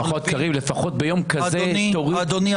--- לפחות ביום כזה תוריד --- אדוני,